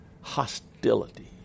Hostility